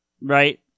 right